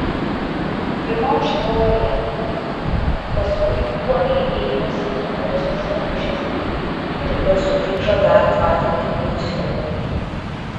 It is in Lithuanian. pirma užtvojo jam paskui uoliai ėmėsi naujosios mergšės ir vėl sugrįžo dar tvatinti buvusiojo